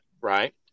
right